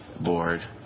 Board